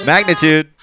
Magnitude